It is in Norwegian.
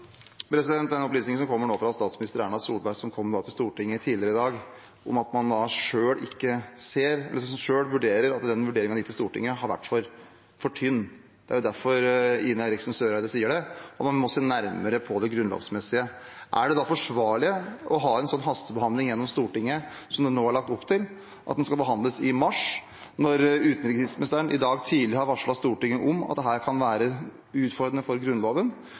Den opplysningen kommer nå fra statsminister Erna Solberg, og den kom til Stortinget tidligere i dag, om at man selv vurderer at den vurderingen man har gitt til Stortinget, har vært for tynn. Derfor sier Ine M. Eriksen Søreide det, og man må se nærmere på det grunnlovsmessige. Er det da forsvarlig å ha en slik hastebehandling gjennom Stortinget som det nå er lagt opp til – at den skal behandles i mars, når utenriksministeren i dag tidlig har varslet Stortinget om at dette kan være utfordrende for Grunnloven,